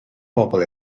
bobl